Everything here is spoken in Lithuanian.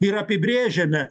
ir apibrėžiame